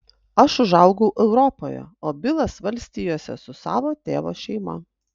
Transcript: aš užaugau europoje o bilas valstijose su savo tėvo šeima